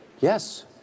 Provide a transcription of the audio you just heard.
yes